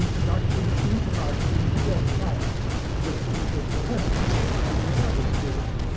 and actually interact in real time with with their professors and with other students.